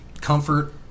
comfort